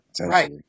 Right